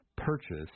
Purchase